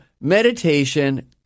meditation